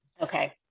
Okay